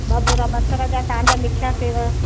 ॿ बोरा बसरि जा तव्हांजा लिखयसेव